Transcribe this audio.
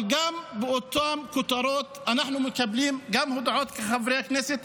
אבל באותן כותרות אנחנו מקבלים גם הודעות כחברי הכנסת,